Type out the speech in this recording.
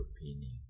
opinion